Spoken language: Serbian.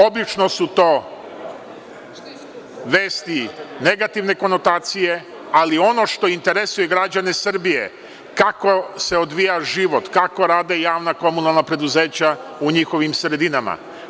Obično su to vesti negativne konotacije, ali ono što interesuje građane Srbije je kako se odvija život, kako rade javna komunalna preduzeća u njihovim sredinama.